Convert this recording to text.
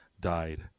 died